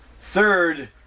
third